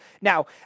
Now